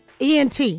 ENT